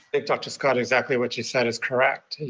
like dr. scott, exactly what you said is correct.